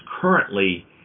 currently